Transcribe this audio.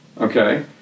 okay